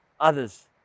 others